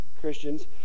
Christians